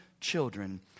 children